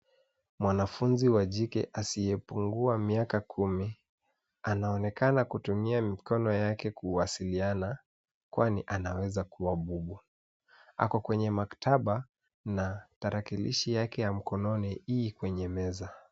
Mwanafuzi wa jike asiyepungua miaka kumi anaonekana kutumia mikono yake kuwasiliana kwani anaweza kuwa bubu. Ako kwenye maktaba na tarakilishi yake ya mkononi ii kwenye meza.